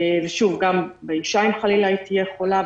ושוב, חלילה גם באישה אם היא תהיה חולה.